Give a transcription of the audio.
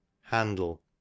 handle